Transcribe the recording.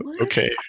Okay